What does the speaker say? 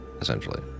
essentially